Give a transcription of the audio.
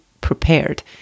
prepared